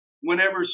whenever